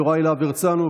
יוראי להב הרצנו,